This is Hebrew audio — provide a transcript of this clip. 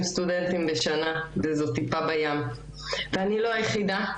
סטודנטים בשנה וזו טיפה בים ואני לא היחידה.